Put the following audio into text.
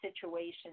situations